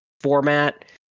format